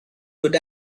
could